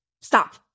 stop